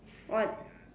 what